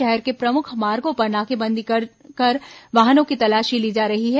शहर के प्रमुख मार्गो पर नाकेबंदी कर वाहनों की तलाशी ली जा रही है